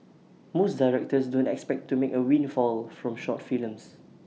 most directors don't expect to make A windfall from short films